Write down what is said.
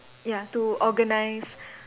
ya to organise